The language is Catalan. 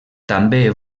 també